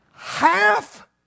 Half